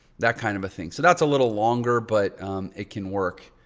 that kind of a thing. so that's a little longer but it can work.